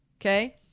Okay